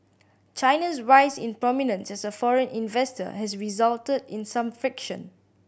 China's rise in prominence as a foreign investor has resulted in some friction